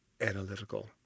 analytical